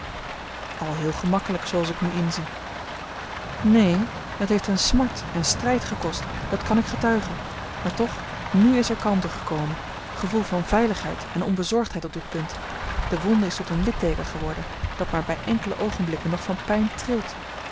al heel gemakkelijk zooals ik nu inzie neen het heeft hem smart en strijd gekost dat kan ik getuigen maar toch nù is er kalmte gekomen gevoel van veiligheid en onbezorgdheid op dit punt de wonde is tot een litteeken geworden dat maar bij enkele oogenblikken nog van pijn trilt